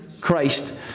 Christ